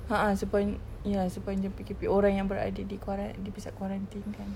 ah ah sepan~ ya sepanjang P_K_P orang yang berada di kuaran~ di pusat kuarantin kan